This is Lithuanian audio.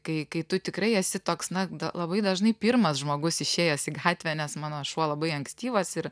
kai kai tu tikrai esi toks na labai dažnai pirmas žmogus išėjęs į gatvę nes mano šuo labai ankstyvas ir